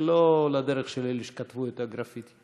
ולא על הדרך של אלה שכתבו את הגרפיטי.